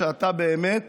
שאתה באמת